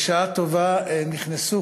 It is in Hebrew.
בשעה טובה נכנסו